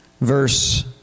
Verse